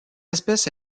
espèce